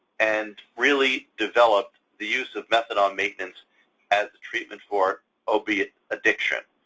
and really developed the use of methadone maintenance as the treatment for opiate addiction.